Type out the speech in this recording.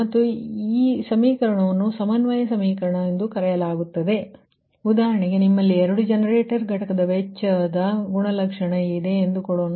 ಆದ್ದರಿಂದ ಈ ಮತ್ತು ಈ ಸಮೀಕರಣವನ್ನು ಸಮನ್ವಯ ಸಮೀಕರಣ ಎಂದು ಕರೆಯಲಾಗುತ್ತದೆ ಉದಾಹರಣೆಗೆ ನಿಮ್ಮಲ್ಲಿ 2 ಜನರೇಟರ್ ಘಟಕದ ವೆಚ್ಚದ ಗುಣಲಕ್ಷಣ ಇದೆ ಎಂದುಕೊಳ್ಳೋಣ